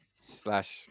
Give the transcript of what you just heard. slash